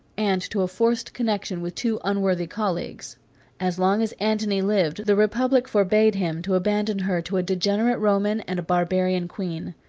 and to a forced connection with two unworthy colleagues as long as antony lived, the republic forbade him to abandon her to a degenerate roman, and a barbarian queen.